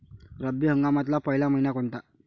रब्बी हंगामातला पयला मइना कोनता?